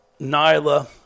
Nyla